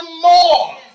more